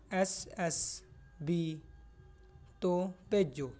S S B ਤੋਂ ਭੇਜੋ